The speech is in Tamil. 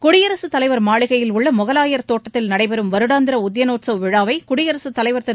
குடியரசுத் தலைவர் மாளிகையில் உள்ள மொகலாயர் தோட்டத்தில் நடைபெறும் வருடாந்தர உத்யனோத்சவ் விழாவை குடியரசுத் தலைவர் திரு